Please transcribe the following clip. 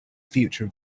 future